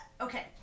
Okay